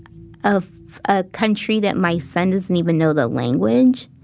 of a country that my son doesn't even know the language.